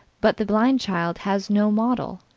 but the blind child has no model,